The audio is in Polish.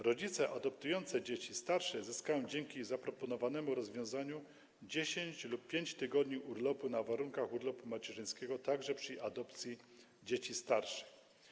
Rodzice adoptujący dzieci starsze zyskają dzięki zaproponowanemu rozwiązaniu 10 lub 5 tygodni urlopu na warunkach urlopu macierzyńskiego także przy adopcji dzieci starszych.